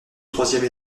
troisième